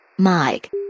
Mike